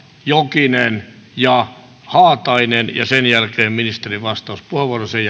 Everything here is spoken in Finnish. jokinen ja haatainen ja sen jälkeen ministerin vastauspuheenvuoro sen